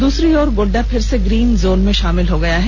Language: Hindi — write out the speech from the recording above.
द्रसरी तरफ गोड़डा फिर से ग्रीन जोन में षामिल हो गया है